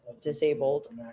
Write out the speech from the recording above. disabled